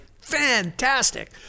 fantastic